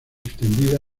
extendida